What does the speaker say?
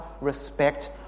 respect